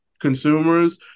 consumers